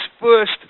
first